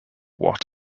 what